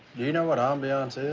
you know what ambiance is?